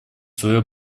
свое